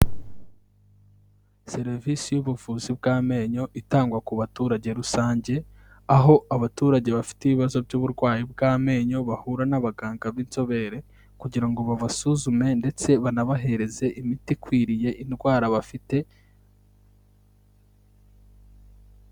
Serivisi y'ubuvuzi bw'amenyo itangwa ku baturage rusange, aho abaturage bafite ibibazo by'uburwayi bw'amenyo, bahura n'abaganga b'inzobere kugira ngo babasuzume ndetse banabahereze imiti ikwiriye indwara bafite.